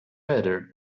better